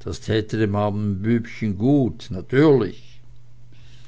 das täte dem armen bübchen gut natürlich